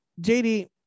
jd